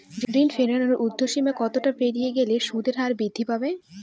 ঋণ ফেরানোর উর্ধ্বসীমা কতটা পেরিয়ে গেলে সুদের হার বৃদ্ধি পাবে?